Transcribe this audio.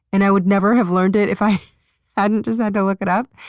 and i would never have learned it if i hadn't just had to look it up.